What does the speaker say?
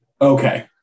okay